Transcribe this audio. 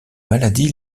maladie